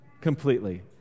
completely